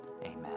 amen